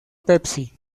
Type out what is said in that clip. pepsi